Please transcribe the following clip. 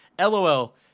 LOL